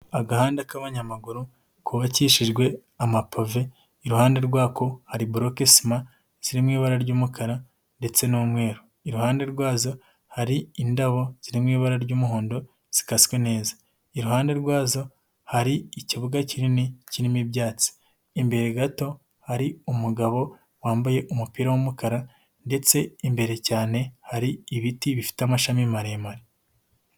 Agahanda k'abanyamaguru kubabakishijwe amapave iruhande rwako hari broqkesma ziririmo ibara ry'umukara ndetse n'umweru, iruhande rwazo hari indabo ziri mu ibara ry'umuhondo zikaswe neza, iruhande rwazo hari ikibuga kinini kirimo ibyatsi, imbere gato hari umugabo wambaye umupira w'umukara ndetse imbere cyane hari ibiti bifite amashami maremare.